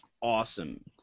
awesome